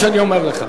תשמע מה שאני אומר לך.